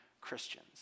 Christians